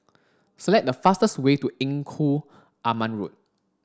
select the fastest way to Engku Aman Road